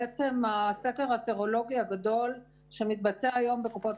בעצם הסקר הסרולוגי הגדול שמתבצע היום בקופות